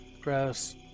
Gross